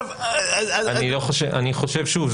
שוב,